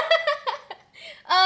uh